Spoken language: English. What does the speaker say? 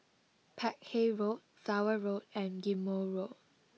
Peck Hay Road Flower Road and Ghim Moh Road